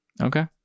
Okay